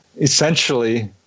essentially